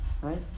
right